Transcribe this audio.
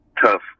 tough